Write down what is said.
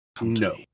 No